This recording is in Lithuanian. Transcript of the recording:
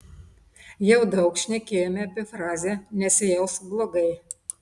jau daug šnekėjome apie frazę nesijausk blogai